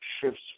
shifts